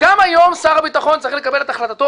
גם היום שר הביטחון צריך לקבל את החלטתו